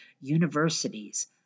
universities